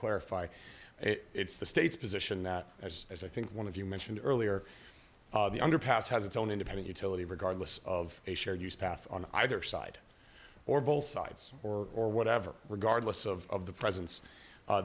clarify it it's the state's position that as as i think one of you mentioned earlier the underpass has its own independent utility regardless of a shared use path on either side or both sides or or whatever regardless of the presen